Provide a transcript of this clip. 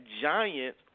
giant